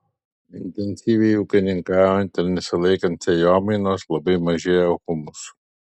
intensyviai ūkininkaujant ir nesilaikant sėjomainos labai mažėja humuso